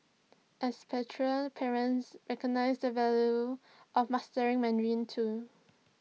expatriate parents recognise the value of mastering Mandarin too